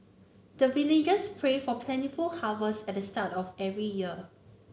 the villagers pray for plentiful harvest at the start of every year